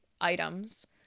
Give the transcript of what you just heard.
items